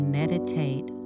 meditate